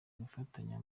gufatanya